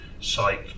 site